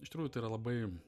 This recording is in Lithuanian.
iš tikrųjų tai yra labai